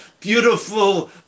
beautiful